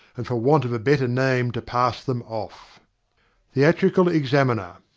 and for want of a better name to pass them off theatrical examiner.